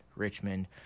Richmond